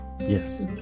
Yes